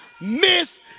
miss